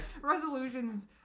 resolutions